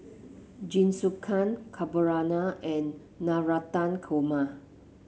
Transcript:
Jingisukan Carbonara and Navratan Korma